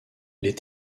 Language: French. les